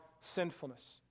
sinfulness